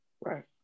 right